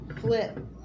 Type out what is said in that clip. Flip